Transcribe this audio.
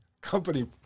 company